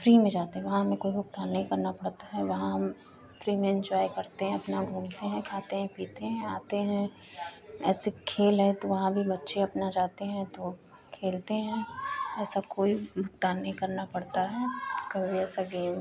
free में जाते हैं वहाँ हमें कोई भुगतान नही करना पड़ता है वहाँ हम फ़्री में इन्जॉय करते हैं अपना घूमते हैं खाते हैं पीते हैं आते हैं ऐसे खेल है तो वहाँ भी बच्चे अपना जाते हैं तो खेलते हैं ऐसा कोई भुगतान नहीं करना पड़ता है कभी ऐसा गेम